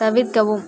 தவிர்க்கவும்